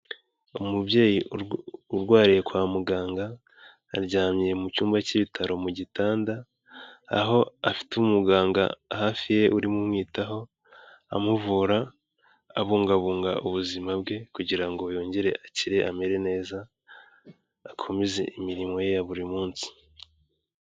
Umubyeyi urwariye kwa muganga, aryamye mu cyumba cy'ibitaro mu gitanda, aho afite umuganga hafi ye urimo umwitaho, amuvura, abungabunga ubuzima bwe kugira ngo yongere akire amere neza, akomeze imirimo ye ya buri munsi.